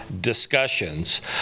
discussions